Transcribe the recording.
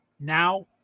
Now